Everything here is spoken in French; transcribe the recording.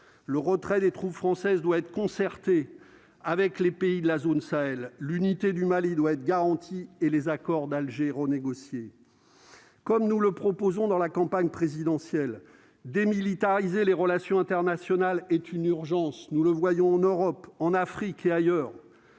le retrait des troupes françaises doit être concertée avec les pays de la zone Sahel, l'unité du Mali doit être garanti et les accords d'Alger renégocier, comme nous le proposons dans la campagne présidentielle démilitariser les relations internationales est une urgence, nous le voyons en Europe, en Afrique et ailleurs